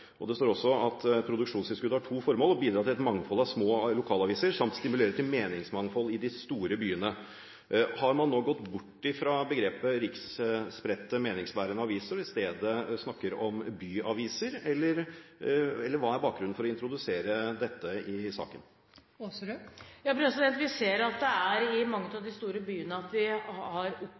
byene. Det står også at produksjonstilskuddet har to formål: Å bidra til et mangfold av små lokalaviser samt stimulere til meningsmangfold i de store byene. Har man nå gått bort fra begrepet «riksspredte, meningsbærende aviser» og i stedet snakker om byaviser? Eller hva er bakgrunnen for å introdusere dette i saken? Vi ser at det er i mange av de store byene vi har